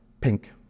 pink